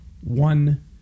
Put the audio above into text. one